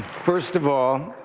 first of all,